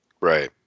Right